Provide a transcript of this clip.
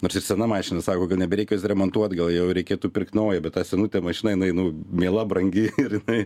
nors ir sena mašina sako kad nebereik jos remontuot gal jau reikėtų pirkt naują bet ta senutė mašina jinai nu miela brangi ir jinai